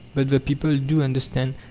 but the people do understand,